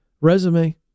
resume